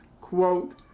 quote